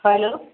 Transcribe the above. hello